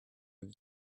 with